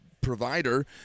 provider